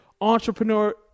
entrepreneur